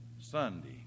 Sunday